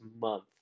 month